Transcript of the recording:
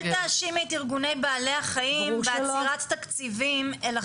אל תאשימי את ארגוני בעלי החיים בעצירת תקציבים אל החקלאים.